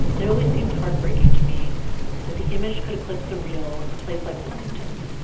it always seemed heartbreaking to me that the image could eclipse the real in a place like wilmington.